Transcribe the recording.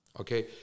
okay